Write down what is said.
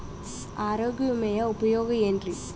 ಆರೋಗ್ಯ ವಿಮೆಯ ಉಪಯೋಗ ಏನ್ರೀ?